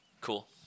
Cool